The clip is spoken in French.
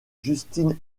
justine